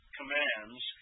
commands